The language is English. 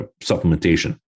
supplementation